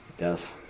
Yes